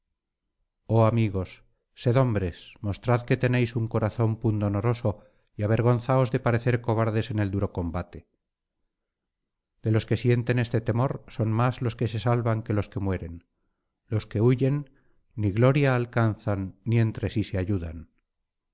oh amigos sed hombres mostrad que tenéis un corazón pundonoroso y avergonzaos de parecer cobardes en el duro combate de los que sienten este temor son más los que se salvan que los que mueren los que huyen ni gloria alcanzan ni entre sí se ayudan